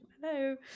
hello